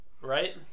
Right